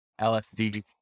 LSD